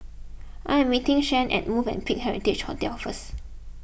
I am meeting Shianne at Movenpick Heritage Hotel first